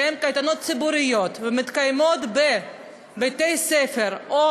שהן קייטנות ציבוריות ומתקיימות בבתי-ספר או